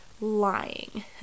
lying